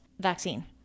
vaccine